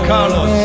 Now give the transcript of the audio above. Carlos